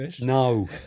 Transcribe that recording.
No